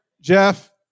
Jeff